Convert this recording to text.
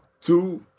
two